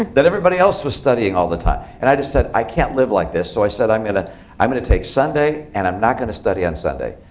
that everybody else was studying all the time. and i just said, i can't live like this. so i said, i'm going ah i'm going to take sunday, and i'm not going to study on sunday.